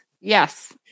Yes